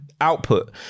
output